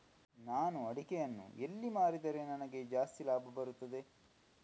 ನಾನು ಅಡಿಕೆಯನ್ನು ಎಲ್ಲಿ ಮಾರಿದರೆ ನನಗೆ ಜಾಸ್ತಿ ಲಾಭ ಬರುತ್ತದೆ?